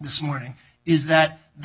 this morning is that the